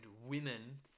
women